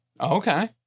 Okay